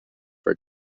for